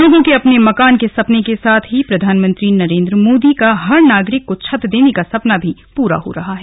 लोगों के अपने मकान के सपने के साथ ही प्रधानमंत्री नरेंद्र मोदी का हर नागरिक को छत देने का सपना भी पुरा हो रहा है